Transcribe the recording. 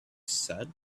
said